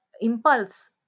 impulse